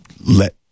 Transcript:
let